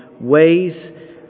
ways